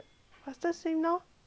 swim